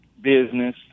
business